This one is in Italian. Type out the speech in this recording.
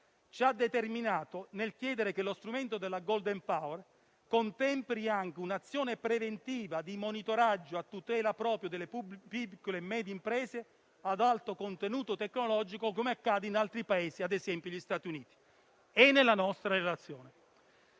ci ha determinato nel chiedere che lo strumento del *golden power* contempli anche un'azione preventiva di monitoraggio, a tutela proprio delle piccole e medie imprese ad alto contenuto tecnologico, come accade in altri Paesi, come ad esempio gli Stati Uniti. Questo è nella nostra relazione.